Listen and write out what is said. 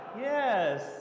yes